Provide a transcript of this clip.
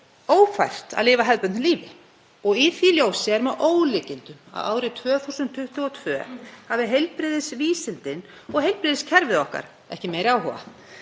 ófært að lifa hefðbundnu lífi. Í því ljósi er með ólíkindum að árið 2022 hafi heilbrigðisvísindin og heilbrigðiskerfið okkar ekki meiri áhuga.